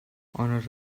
honors